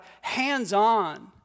hands-on